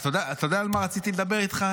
אתה יודע על מה רציתי לדבר איתך,